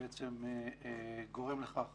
שגורם לכך